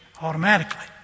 automatically